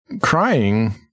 crying